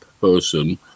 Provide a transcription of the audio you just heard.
person